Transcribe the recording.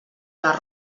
les